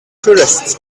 tourists